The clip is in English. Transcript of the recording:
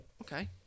Okay